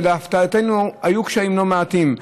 להפתעתנו היו קשיים לא מעטים.